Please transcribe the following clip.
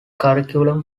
curriculum